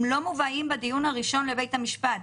הם לא מובאים בדיון הראשון לבית המשפט.